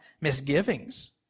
misgivings